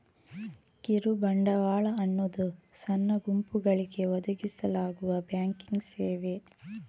ಕಿರು ಬಂಡವಾಳ ಅನ್ನುದು ಸಣ್ಣ ಗುಂಪುಗಳಿಗೆ ಒದಗಿಸಲಾಗುವ ಬ್ಯಾಂಕಿಂಗ್ ಸೇವೆ